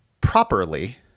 properly